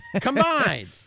Combined